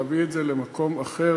להביא את זה למקום אחר.